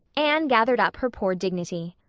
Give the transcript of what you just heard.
anne gathered up her poor dignity.